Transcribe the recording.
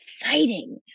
exciting